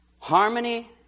Harmony